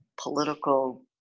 political